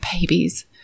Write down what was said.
babies